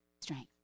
strength